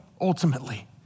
ultimately